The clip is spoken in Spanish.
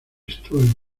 stuart